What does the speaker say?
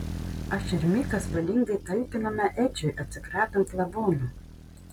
aš ir mikas valingai talkinome edžiui atsikratant lavono